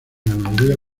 ganadería